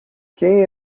quem